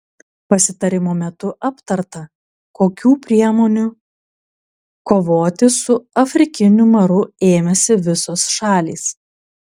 pasitarimo metu aptarta kokių priemonių kovoti su afrikiniu maru ėmėsi visos šalys